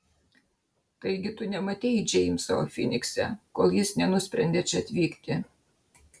taigi tu nematei džeimso finikse kol jis nenusprendė čia atvykti